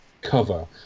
cover